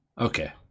Okay